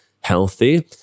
healthy